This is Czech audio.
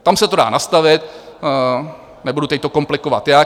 Tam se to dá nastavit, nebudu teď to komplikovat jak.